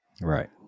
Right